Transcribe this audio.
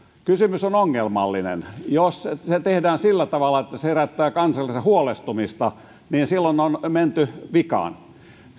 kysymys on ongelmallinen jos se tehdään sillä tavalla että se herättää kansalaisissa huolestumista niin silloin on menty vikaan